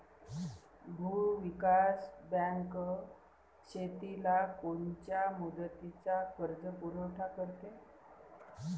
भूविकास बँक शेतीला कोनच्या मुदतीचा कर्जपुरवठा करते?